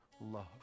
love